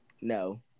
no